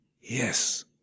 yes